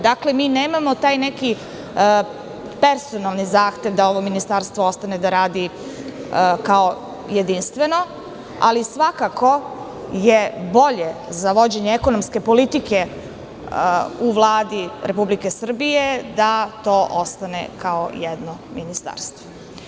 Dakle, mi nemamo taj neki personalni zahtev da ovo ministarstvo ostane da radi kao jedinstveno ali svakako je bolje za vođenje ekonomske politike u Vladi Republike Srbije da to ostane kao jedno ministarstvo.